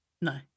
No